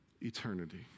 eternity